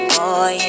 Boy